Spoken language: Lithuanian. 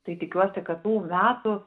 tai tikiuosi kad tų metų